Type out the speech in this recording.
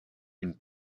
une